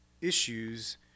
issues